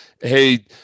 Hey